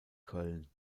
köln